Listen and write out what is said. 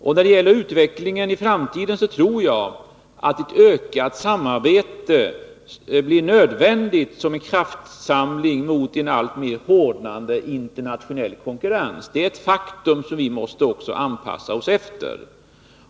Och när det gäller utvecklingen i framtiden tror jag att ett ökat samarbete blir nödvändigt som en kraftsamling mot en alltmer hårdnande internationell konkurrens. Det är ett faktum, och detta måste vi anpassa oss till.